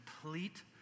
complete